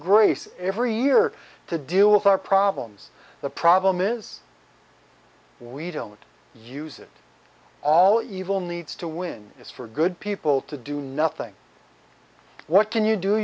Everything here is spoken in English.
grace every year to deal with our problems the problem is we don't use it all evil needs to win is for good people to do nothing what can you do